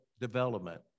development